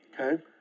Okay